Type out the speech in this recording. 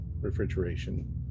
Refrigeration